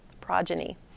progeny